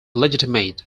legitimate